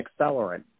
accelerant